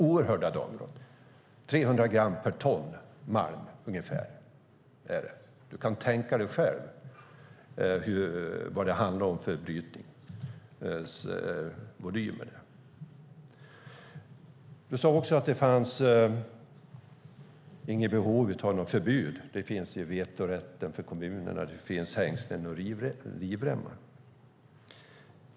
Man utvinner ungefär 300 gram per ton malm. Det är alltså fråga om enorma brytningsvolymer. Du sade också att det inte finns behov av något förbud, då det finns vetorätt för kommunerna, då det finns hängslen och livremmar.